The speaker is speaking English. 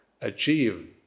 achieve